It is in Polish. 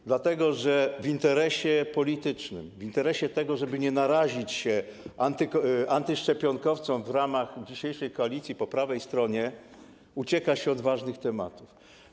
Chodzi o to, że w interesie politycznym, w interesie tego, żeby nie narazić się antyszczepionkowcom, w ramach dzisiejszej koalicji po prawej stronie ucieka się od ważnych tematów.